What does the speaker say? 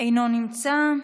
אינו נמצא.